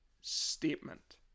statement